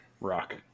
Rock